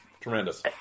Tremendous